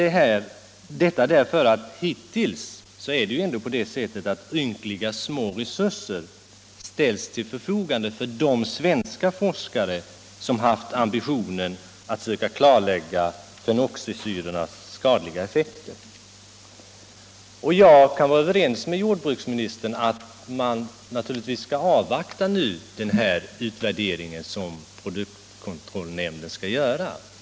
Jag säger detta därför att det hittills är ynkligt små resurser som ställts till förfogande för de svenska forskare som haft ambitionen att försöka klarlägga fenoxisyrornas skadliga effekter. Jag kan vara överens med jordbruksministern om att man nu naturligtvis skall avvakta den utvärdering som produktkontrollnämnden skall göra.